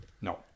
No